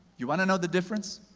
you want to know the difference.